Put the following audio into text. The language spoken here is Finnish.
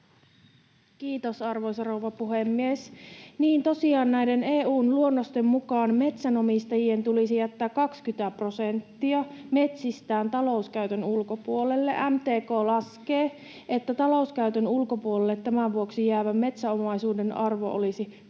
Kiitos, arvoisa rouva puhemies! Tosiaan näiden EU:n luonnosten mukaan metsänomistajien tulisi jättää 20 prosenttia metsistään talouskäytön ulkopuolelle. MTK laskee, että talouskäytön ulkopuolelle tämän vuoksi jäävän metsäomaisuuden arvo olisi 12